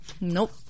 Nope